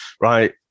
Right